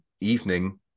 evening